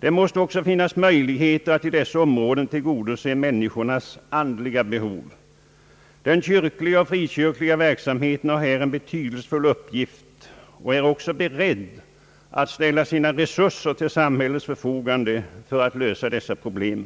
Det måste också finnas möjligheter att i dessa områden tillgodose människornas andliga behov. Den kyrkliga och frikyrkliga verksamheten har här en betydelsefull uppgift och är beredd att ställa sina resurser till samhällets förfogande för att lösa dessa problem.